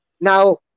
Now